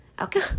Okay